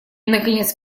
наконец